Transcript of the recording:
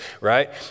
right